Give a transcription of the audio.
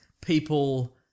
people